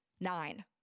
nine